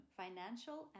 financial